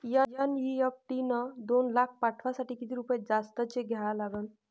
NEFT न दोन लाख पाठवासाठी किती रुपये जास्तचे द्या लागन?